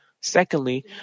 Secondly